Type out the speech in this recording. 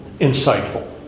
insightful